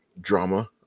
drama